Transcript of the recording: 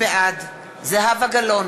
בעד זהבה גלאון,